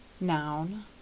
noun